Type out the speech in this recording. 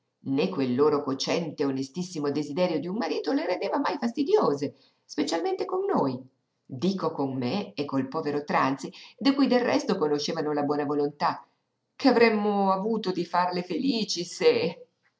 né quel loro cocente e onestissimo desiderio d'un marito le rendeva mai fastidiose specialmente con noi dico con me e col povero tranzi di cui del resto conoscevano la buona volontà che avremmo avuto di farle felici se